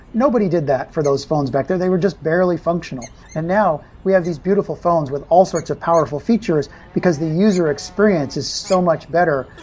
nobody did that for those phones back then. they were just barely functional and now, we have these beautiful phones with all sorts of powerful features, because the user experience is so much better,